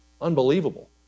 Unbelievable